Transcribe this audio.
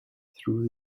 through